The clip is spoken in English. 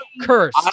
curse